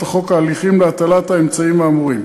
החוק ההליכים להטלת האמצעים האמורים.